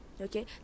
Okay